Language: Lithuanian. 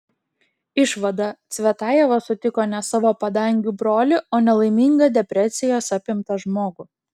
išvada cvetajeva sutiko ne savo padangių brolį o nelaimingą depresijos apimtą žmogų